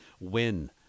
win